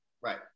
Right